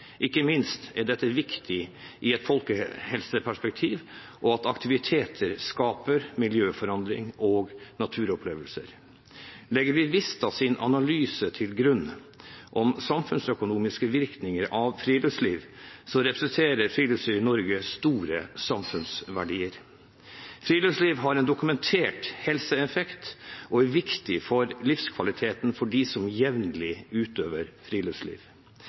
Ikke minst er dette viktig i et folkehelseperspektiv. Aktiviteter skaper miljøforandring og gir naturopplevelser. Legger vi Vista Analyses rapport til grunn, «Samfunnsøkonomiske virkninger av friluftsliv», representerer friluftslivet i Norge store samfunnsverdier. Friluftsliv har en dokumentert helseeffekt og er viktig for livskvaliteten for dem som jevnlig utøver friluftsliv.